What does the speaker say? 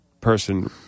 person